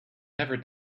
never